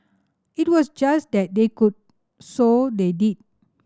it was just that they could so they did